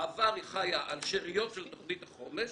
בעבר היא חיה על שאריות של תוכנית החומש